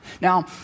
Now